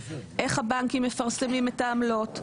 איך הבנקים מפרסמים את העמלות,